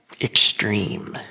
extreme